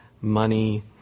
money